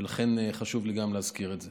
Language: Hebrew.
ולכן חשוב לי גם להזכיר את זה.